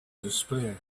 display